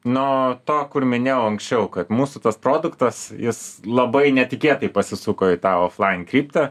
nuo to kur minėjau anksčiau kad mūsų tas produktas jis labai netikėtai pasisuko į tą oflain kryptį